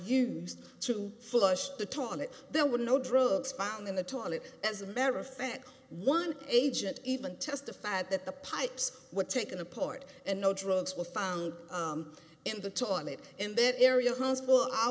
used to flush the toilet there were no drugs found in the toilet as a better effect one agent even testified that the pipes were taken apart and no drugs were found in the toilet in that area